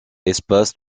espace